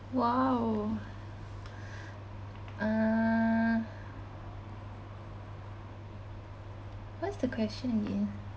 !wow! uh what's the question again